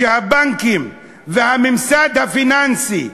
שהבנקים והממסד הפיננסי,